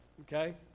okay